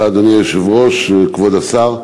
כבוד השר,